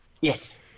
Yes